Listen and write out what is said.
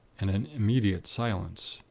and an immediate silence.